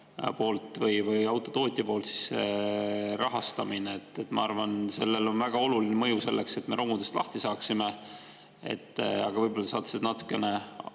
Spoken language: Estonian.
või autotootja poolt rahastamine? Ma arvan, et sellel on väga oluline mõju, et me romudest lahti saaksime. Aga võib-olla te saate seda natukene